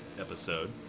episode